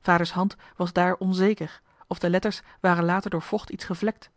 vaders hand was daar onzeker of de letters waren later iets gevlekt